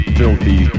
filthy